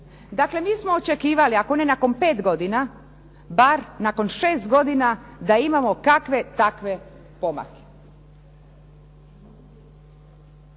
Dakle, mi smo očekivali ako ne nakon pet godina, bar nakon šest godina da imamo kakve takve pomake.